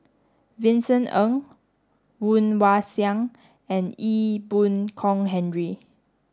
Vincent Ng Woon Wah Siang and Ee Boon Kong Henry